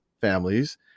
families